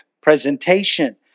presentation